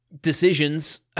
decisions